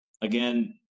Again